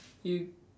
you